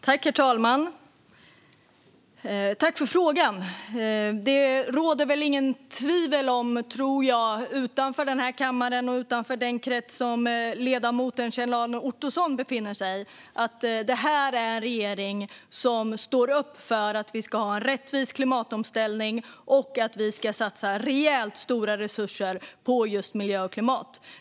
Herr talman! Tack för frågan, Kjell-Arne Ottosson! Jag tror inte att det utanför den här kammaren och utanför den krets som ledamoten befinner sig i råder något tvivel om att det här är en regering som står upp för att vi ska ha en rättvis klimatomställning och för att vi ska satsa rejält stora resurser på miljö och klimat.